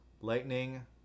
Lightning